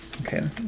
Okay